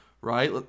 right